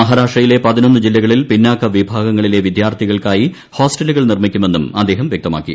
മഹാരാഷ്ട്രയിലെ പതിന്റൊന്ന് ജില്ലകളിൽ പിന്നാക്കവിഭാഗങ്ങളിലെ വിദ്യാർത്ഥികൾക്കായി ഹോസ്റ്റലുകൾ നിർമ്മിക്കുമെന്നും അദ്ദേഹം വൃക്തമാക്കി